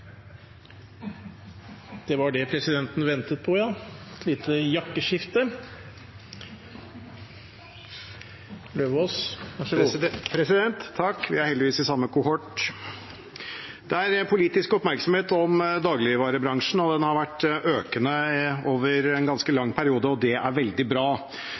Det var det presidenten ventet på, ja, et lite jakkeskifte. Takk, vi er heldigvis i samme kohort. Det er politisk oppmerksomhet om dagligvarebransjen. Den har vært økende over en ganske lang periode, og det er veldig bra.